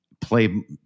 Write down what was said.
play